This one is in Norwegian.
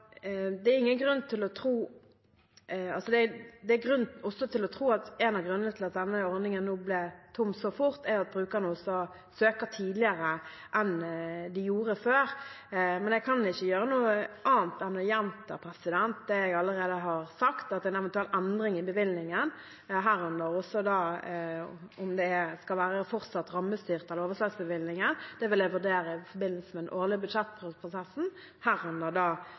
Det er også grunn til å tro at en av grunnene til at denne ordningen nå ble tom så fort, er at brukerne også søker tidligere enn de gjorde før. Men jeg kan ikke gjøre noe annet enn å gjenta det jeg allerede har sagt, at en eventuell endring i bevilgningen – herunder også om det skal være fortsatt rammestyring eller en overslagsbevilgning – vil jeg vurdere i forbindelse med den årlige budsjettprosessen, herunder arbeidet med revidert nasjonalbudsjett. Da